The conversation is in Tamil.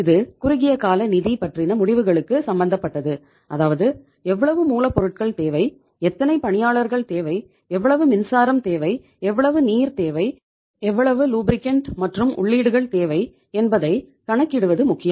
இது குறுகியகால நிதி பற்றின முடிவுகளுக்கு சம்பந்தப்பட்டது அதாவது எவ்வளவு மூலப் பொருட்கள் தேவை எத்தனை பணியாளர்கள் தேவை எவ்வளவு மின்சாரம் தேவை எவ்வளவு நீர் தேவை எவ்வளவு லூப்ரிகன்ட் மற்றும் உள்ளீடுகள் தேவை என்பதை கணக்கிடுவது முக்கியம்